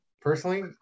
personally